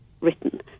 written